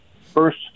first